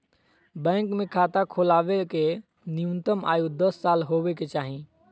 bank मे खाता खोलबावे के न्यूनतम आयु दस साल होबे के चाही